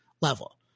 level